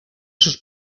sus